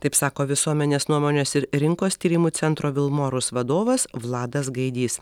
taip sako visuomenės nuomonės ir rinkos tyrimų centro vilmorus vadovas vladas gaidys